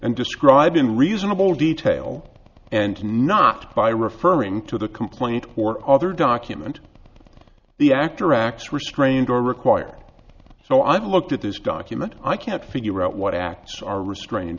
and describe in reasonable detail and not by referring to the complaint or other document the actor acts restrained or required so i've looked at this document i can't figure out what acts are restrained